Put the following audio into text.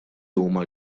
huma